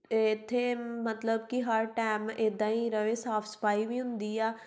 ਇੱਥੇ ਮਤਲਬ ਕਿ ਹਰ ਟੈਮ ਇੱਦਾਂ ਹੀ ਰਹੇ ਸਾਫ ਸਫਾਈ ਵੀ ਹੁੰਦੀ ਆ